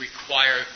require